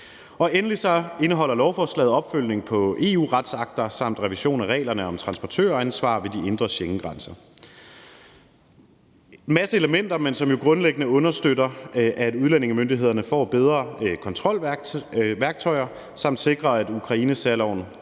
Endelig indeholder lovforslaget opfølgning på EU-retsakter samt revision af reglerne om transportøransvar ved de indre Schengengrænser. Det er en masse elementer, men de understøtter grundlæggende, at udlændingemyndighederne får bedre kontrolværktøjer, og de sikrer, at Ukrainesærloven